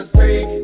Three